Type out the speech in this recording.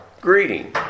greeting